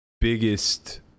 biggest